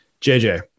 JJ